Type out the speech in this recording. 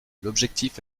l’objectif